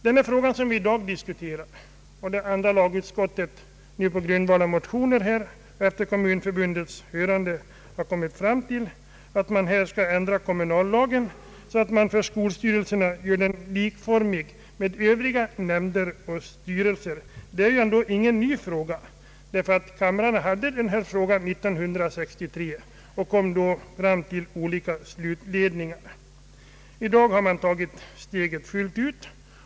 Den fråga som vi i dag diskuterar, nämligen andra lagutskottets på grundval av motioner och efter kommunförbundets hörande framställda förslag att kommunallagen skall ändras så att skolstyrelserna göres likformiga med övriga nämnder och styrelser, är inte någon ny fråga. Kamrarna hade denna fråga uppe till behandling 1963 och kom då fram till olika beslut. I dag har man tagit steget fullt ut.